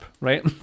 right